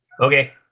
Okay